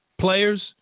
players